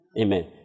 Amen